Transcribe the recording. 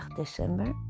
december